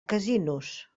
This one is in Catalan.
casinos